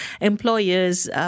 employers